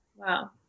Wow